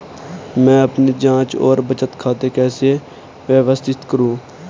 मैं अपनी जांच और बचत खाते कैसे व्यवस्थित करूँ?